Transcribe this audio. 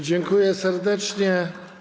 Dziękuję serdecznie.